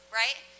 right